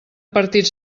partits